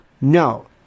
No